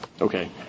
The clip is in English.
Okay